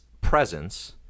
presence